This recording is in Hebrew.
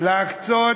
להקצות